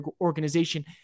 organization